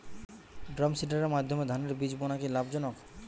ড্রামসিডারের মাধ্যমে ধানের বীজ বোনা কি লাভজনক?